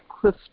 cliff